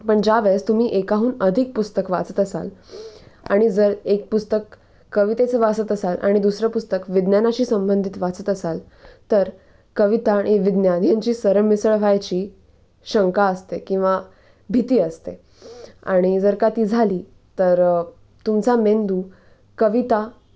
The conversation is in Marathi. पण ज्या वेळेस तुम्ही एकाहून अधिक पुस्तक वाचत असाल आणि जर एक पुस्तक कवितेचं वाचत असाल आणि दुसरं पुस्तक विज्ञानाशी संबंधित वाचत असाल तर कविता आणि विज्ञाान यांची सरमिसळ व्हायची शंका असते किंवा भीती असते आणि जर का ती झाली तर तुमचा मेंदू कविता